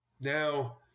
now